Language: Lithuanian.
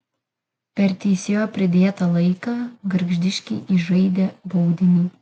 per teisėjo pridėtą laiką gargždiškiai įžaidė baudinį